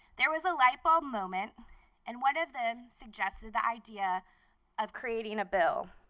there was a light bulb moment and one of them suggested the idea of creating a bill,